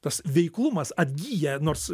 tas veiklumas atgyja nors